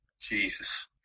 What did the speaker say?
Jesus